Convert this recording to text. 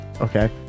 Okay